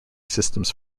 systems